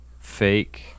fake